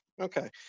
Okay